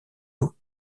eaux